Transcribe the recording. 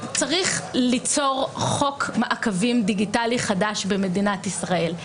צריך ליצור חוק מעקבים דיגיטלי חדש במדינת ישראל.